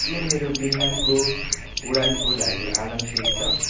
के मेरो बिहानको उडानको लागि अलार्म सेट छ